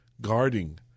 guarding